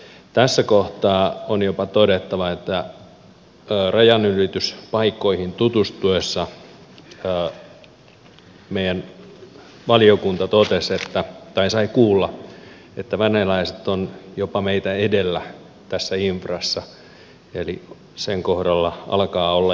tässä kohtaa on jopa todettava että rajanylityspaikkoihin tutustuessa meidän valiokuntamme sai kuulla että venäläiset ovat jopa meitä edellä tässä infrassa eli sen kohdalla alkaa olla jo kiire